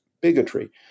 bigotry